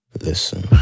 Listen